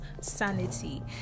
sanity